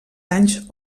anys